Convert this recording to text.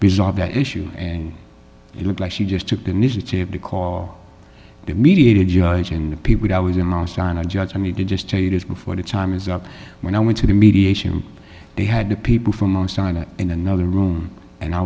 bizarre that issue and it looked like she just took the initiative to call the mediator judge and the people i was in lost on a judge i need to just tell you this before the time is up when i went to the mediation they had to people from and sign it in another room and i